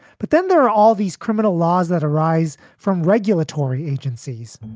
but then there are all these criminal laws that arise from regulatory agencies,